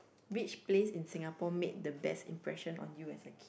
which place in Singapore made the best impression on you as a kid